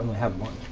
have one